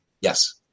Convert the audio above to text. Yes